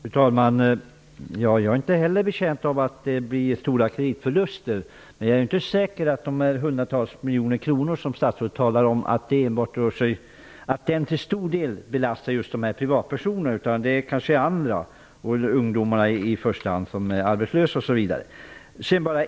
Fru talman! Jag är inte heller betjänt av att det blir stora kreditförluster. Men jag är inte säker att de hundratals miljoner kronor som statsrådet talar om till stor del belastar just privatkunderna, utan det kan vara andra, i första hand arbetslösa ungdomar.